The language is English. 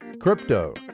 Crypto